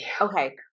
Okay